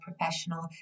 professional